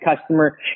customer